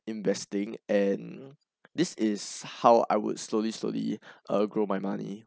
investing and this is how I would slowly slowly uh grow my money